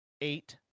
eight